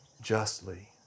justly